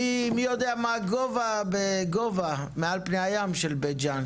מי יודע מה הגובה מעל פני הים של בית ג'ן,